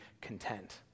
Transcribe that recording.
content